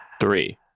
Three